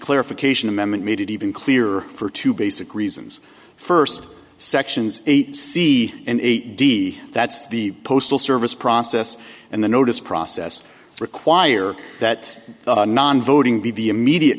clarification amendment made it even clearer for two basic reasons first sections eight c and eight d that's the postal service process and the notice process require that the non voting be the immediate